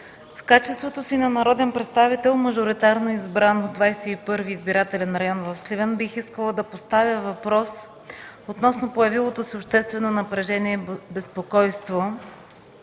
В качеството си на народен представител, мажоритарно избран от 21. избирателен район в Сливен, бих искала да поставя въпрос относно създалото се обществено напрежение и безпокойство